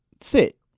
sit